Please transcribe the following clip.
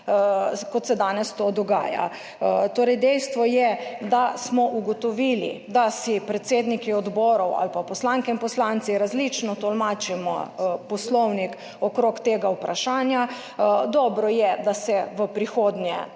kot se danes to dogaja. Torej, dejstvo je, da smo ugotovili, da si predsedniki odborov ali pa poslanke in poslanci, različno tolmačimo Poslovnik okrog tega vprašanja. Dobro je, da se v prihodnje